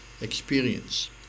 experience